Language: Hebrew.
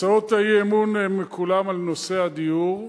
הצעות האי-אמון הן כולן על נושא הדיור,